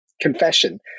confession